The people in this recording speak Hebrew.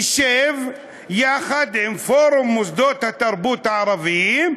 נשב יחד עם פורום מוסדות התרבות הערביים,